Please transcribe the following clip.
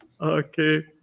Okay